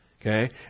Okay